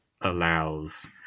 allows